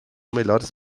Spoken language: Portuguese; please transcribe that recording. melhores